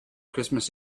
christmas